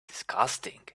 disgusting